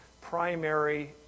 primary